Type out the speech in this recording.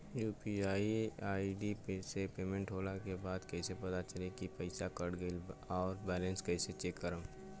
UPI ID से payment होला के बाद कइसे पता चली की पईसा कट गएल आ बैलेंस कइसे चेक करम?